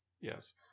Yes